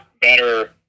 better